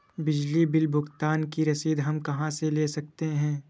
बिजली बिल भुगतान की रसीद हम कहां से ले सकते हैं?